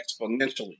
exponentially